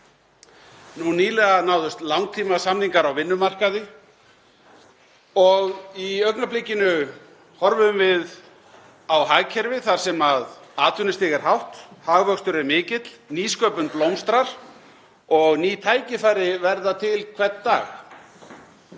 Nýlega náðust langtímasamningar á vinnumarkaði og í augnablikinu horfum við á hagkerfi þar sem atvinnustig er hátt, hagvöxtur er mikill, nýsköpun blómstrar og ný tækifæri verða til hvern dag.